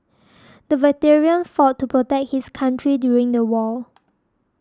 the veteran fought to protect his country during the war